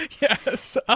yes